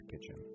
kitchen